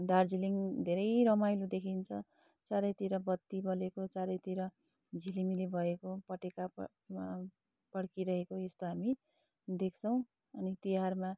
दार्जिलिङ धेरै रमाइलो देखिन्छ चारैतिर बत्ती बलेको चारैतिर झिलिमिली भएको पटेका पट पड्किरहेको यस्तो हामी देख्छौँ अनि तिहारमा